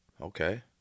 Okay